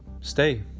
stay